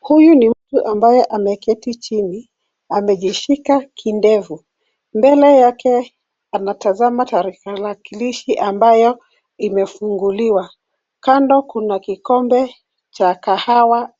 Huyu ni mtu ambaye ameketi chini. Amejishika kidevu. Mbele yake kuna tarakilishi ambayo imefunguliwa. Kando kuna kikombe cha kahawa